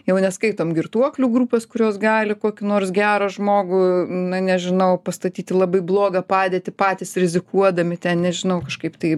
jau neskaitom girtuoklių grupės kurios gali kokį nors gerą žmogų na nežinau pastatyt į labai blogą padėtį patys rizikuodami ten nežinau kažkaip tai